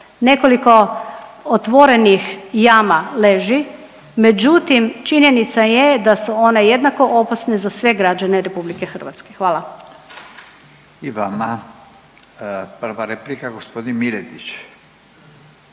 Nekoliko otvorenih jama leži, međutim činjenica je da su one jednako opasne za sve građane Republike Hrvatske. Hvala. **Radin, Furio